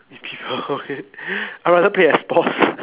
okay I rather play X Box